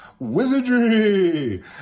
wizardry